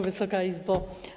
Wysoka Izbo!